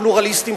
הפלורליסטים,